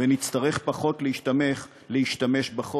ונצטרך פחות להשתמש בחוק